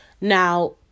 now